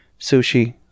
Sushi